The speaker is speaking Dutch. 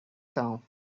taal